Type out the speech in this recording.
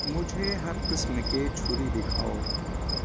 مجھے ہر قسم کے چھری دکھاؤ